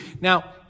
Now